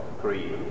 three